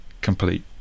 complete